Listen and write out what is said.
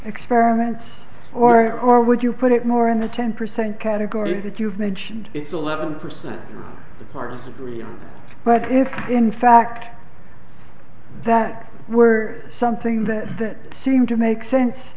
experiments or or would you put it more in the ten percent category that you've mentioned is eleven percent the partners agree but if in fact that were something that that seemed to make sense